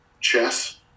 chess